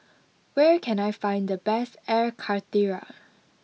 where can I find the best Air Karthira